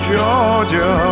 Georgia